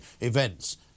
events